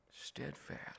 steadfast